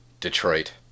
detroit